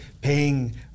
paying